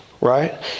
right